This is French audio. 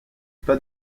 pas